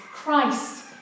Christ